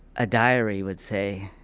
a diary would say,